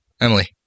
Emily